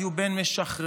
היו בין משחררי